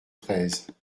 treize